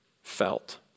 Felt